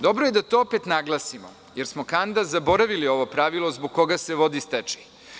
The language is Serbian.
Dobro je da to opet naglasimo, jer smo zaboravili ovo pravilo zbog koga se vodi stečaj.